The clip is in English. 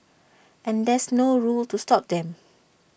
and there's no rule to stop them